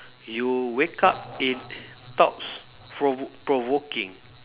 you wake up in thoughts provo~ provoking